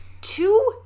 Two